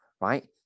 Right